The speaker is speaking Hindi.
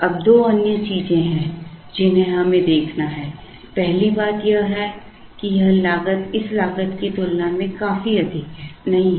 अब दो अन्य चीजें हैं जिन्हें हमें देखना है पहली बात यह है कि यह लागत इस लागत की तुलना में काफी अधिक नहीं है